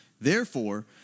Therefore